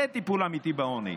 זה טיפול אמיתי בעוני.